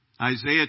Isaiah